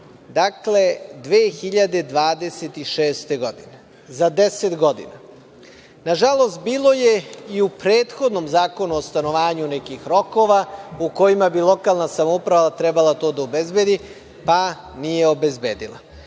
Dakle, 2026. godine – za deset godina. Nažalost, bilo je i u prethodnom Zakonu o stanovanju nekih rokova u kojima bi lokalna samouprava trebala to da obezbedi, pa nije obezbedila.